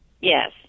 Yes